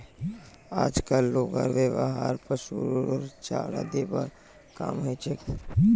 आजक लोग यार व्यवहार पशुरेर चारा दिबार काम हछेक